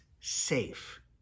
safe